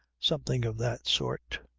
something of that sort.